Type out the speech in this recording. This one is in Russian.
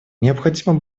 необходимо